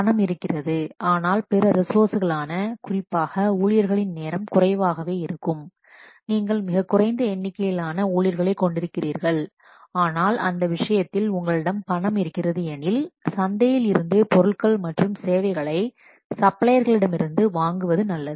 பணம் இருக்கிறது ஆனால் பிற ரிசோர்சஸ்களான குறிப்பாக ஊழியர்களின் நேரம் குறைவாகவே இருக்கும் நீங்கள் மிகக் குறைந்த எண்ணிக்கையிலான ஊழியர்களைக் கொண்டிருக்கிறீர்கள் ஆனால் அந்த விஷயத்தில் உங்களிடம் பணம் இருக்கிறது எனில் சந்தையில் இருந்து பொருட்கள் மற்றும் சேவைகளை சப்ளையர்களிடமிருந்து வாங்குவது நல்லது